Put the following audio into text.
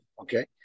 okay